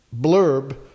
blurb